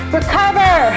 Recover